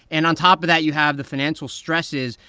and on top of that, you have the financial stresses.